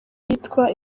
yitwa